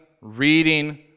reading